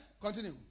Continue